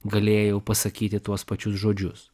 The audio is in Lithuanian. galėjau pasakyti tuos pačius žodžius